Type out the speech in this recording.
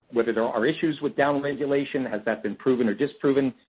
whether there are issues with down regulations? has that been proven or disproven?